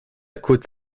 côte